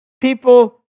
People